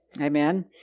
Amen